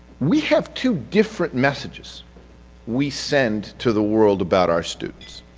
we have two different messages we send to the world about our students.